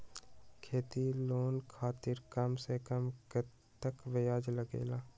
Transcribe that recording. खेती लोन खातीर कम से कम कतेक ब्याज लगेला?